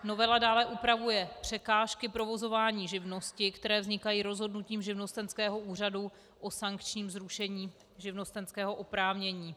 Novela dále upravuje překážky provozování živnosti, které vznikají rozhodnutím živnostenského úřadu o sankčním zrušení živnostenského oprávnění.